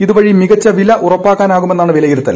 ഇതു വഴി മികച്ച വില ഉറപ്പാക്കാനാകുമെന്നാണ് വിലയിരുത്തൽ